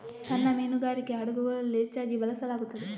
ಸಣ್ಣ ಮೀನುಗಾರಿಕೆ ಹಡಗುಗಳಲ್ಲಿ ಹೆಚ್ಚಾಗಿ ಬಳಸಲಾಗುತ್ತದೆ